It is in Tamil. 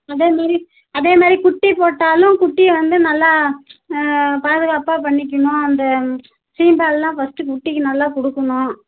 அதே மாரி அதே மாரி குட்டிப் போட்டாலும் குட்டியை வந்து நல்லா பாதுகாப்பாக பண்ணிக்கணும் அந்த சீம்பால்லாம் ஃபஸ்ட்டு குட்டிக்கு நல்லா கொடுக்குணும்